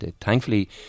Thankfully